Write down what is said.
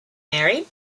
married